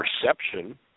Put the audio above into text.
perception